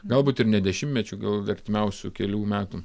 galbūt ir ne dešimtmečių gal artimiausių kelių metų